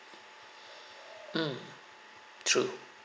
mm true